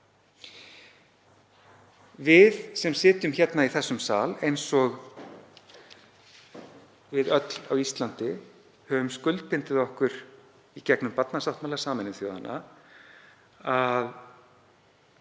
Við sem sitjum í þessum sal, eins og við öll á Íslandi, höfum skuldbundið okkur í gegnum barnasáttmála Sameinuðu þjóðanna að